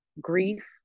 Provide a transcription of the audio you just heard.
grief